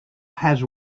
has